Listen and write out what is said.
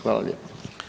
Hvala lijepo.